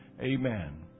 Amen